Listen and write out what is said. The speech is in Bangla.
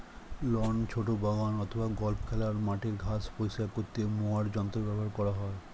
লন, ছোট বাগান অথবা গল্ফ খেলার মাঠের ঘাস পরিষ্কার করতে মোয়ার যন্ত্র ব্যবহার করা হয়